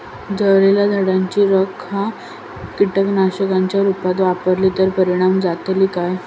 जळालेल्या झाडाची रखा कीटकनाशकांच्या रुपात वापरली तर परिणाम जातली काय?